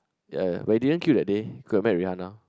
ya but we didn't queue that day could have met Rihanna